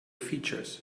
features